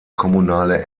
kommunale